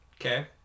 Okay